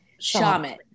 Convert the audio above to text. Shaman